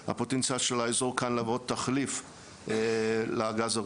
שיימצאו עוד מאגרים יהיה יותר גז שניתן